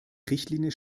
richtlinie